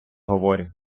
говорю